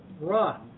run